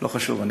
לא חשוב,